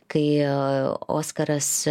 kai oskaras